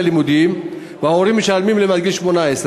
הלימודים וההורים משלמים עליהם עד גיל 18,